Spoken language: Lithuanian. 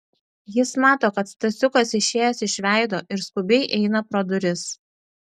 jis mato kad stasiukas išėjęs iš veido ir skubiai eina pro duris